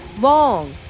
long